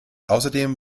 außerdem